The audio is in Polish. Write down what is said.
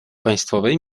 państwowej